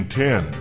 ten